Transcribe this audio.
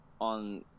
on